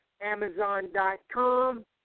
Amazon.com